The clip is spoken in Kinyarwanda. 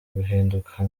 guhinduka